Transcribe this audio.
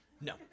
No